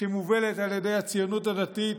שמובלת על ידי הציונות הדתית,